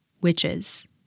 Witches